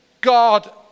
God